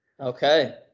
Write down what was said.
Okay